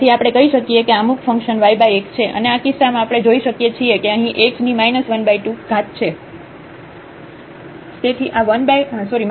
તેથી આપણે કહી શકીએ કે આ અમુક ફંક્શન yx છે અને આ કિસ્સામાં આપણે જોઈ શકીએ છીએ કે અહીં x 12 છે